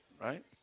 right